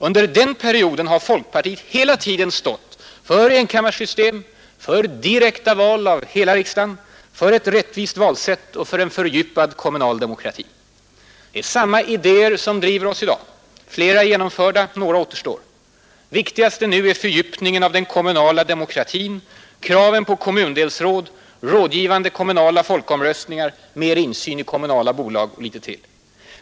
Under hela den perioden har folkpartiet ständigt stått för enkammarsystem, för direkta val av hela riksdagen, för ett rättvist valsätt och för en fördjupad kommunal demokrati. Det är samma idéer som driver oss i dag. Flera är genomförda, några återstår. Det viktigaste nu är fördjupningen av den kommunala demokratin, kraven på kommundelsråd, rådgivande kommunala folkomröstningar, mera insyn i kommunala bolag och några saker till.